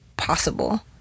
Possible